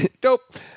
Dope